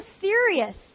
serious